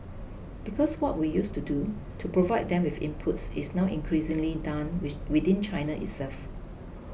because what we used to do to provide them with inputs is now increasingly done within China itself